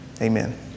amen